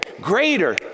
greater